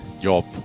Job